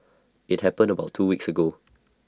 IT happened about two weeks ago